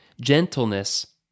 gentleness